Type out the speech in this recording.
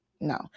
No